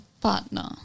partner